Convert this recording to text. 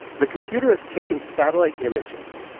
the computer has taken satellite images,